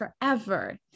forever